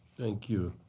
thank you.